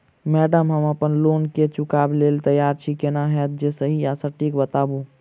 Madam हम अप्पन loan केँ चुकाबऽ लैल तैयार छी केना हएत जे सही आ सटिक बताइब?